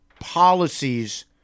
policies